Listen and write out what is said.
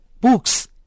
books